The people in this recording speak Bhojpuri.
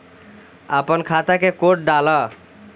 अपना खाता के कोड डाला